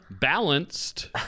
Balanced